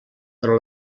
però